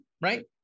right